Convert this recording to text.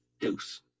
deuce